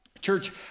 Church